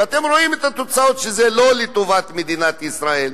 ואתם רואים את התוצאות שזה לא לטובת מדינת ישראל.